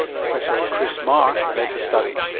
professor chris maher led the study.